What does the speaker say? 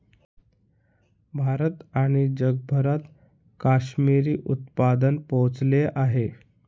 भारत आणि जगभरात काश्मिरी उत्पादन पोहोचले आहेत